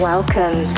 Welcome